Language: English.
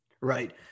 Right